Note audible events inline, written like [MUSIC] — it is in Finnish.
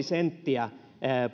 [UNINTELLIGIBLE] senttiä